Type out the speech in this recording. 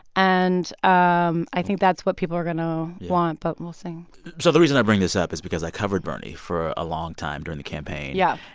and um i think that's what people are going to want, but, we'll see so the reason i bring this up is because i covered bernie for a long time during the campaign. yeah.